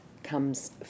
comes